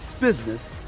business